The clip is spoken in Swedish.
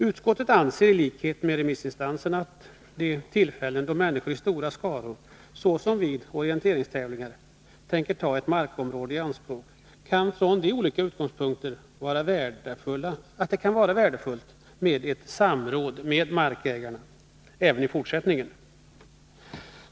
Utskottet anser i likhet med remissinstanserna att det vid de tillfällen då människor i stora skaror tänker ta ett markområde i anspråk, såsom vid orienteringstävlingar, kan vara värdefullt med ett samråd med markägaren även i fortsättningen.